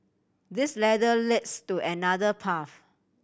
this ladder leads to another path